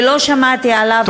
ולא שמעתי עליו,